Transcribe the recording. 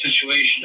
situation